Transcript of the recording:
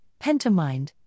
Pentamind